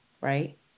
right